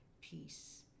peace